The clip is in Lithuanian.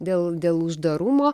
dėl dėl uždarumo